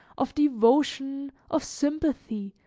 of devotion, of sympathy,